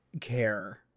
care